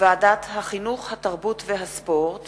ועדת החינוך, התרבות והספורט